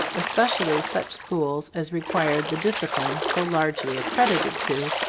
especially such schools as required the discipline so largely accredited to,